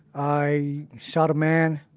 i shot a man